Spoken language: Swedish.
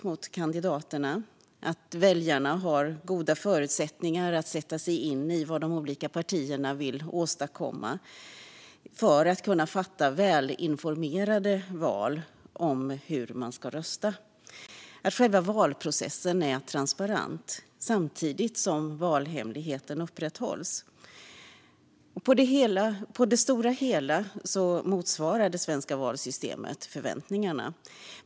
Det gäller att väljarna har goda förutsättningar att sätta sig in i vad de olika partierna vill åstadkomma för att de ska kunna fatta välinformerade beslut om hur de ska rösta. Det gäller också att själva valprocessen är transparent, samtidigt som valhemligheten upprätthålls. På det stora hela motsvarar det svenska valsystemet förväntningarna.